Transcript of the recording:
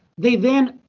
they then,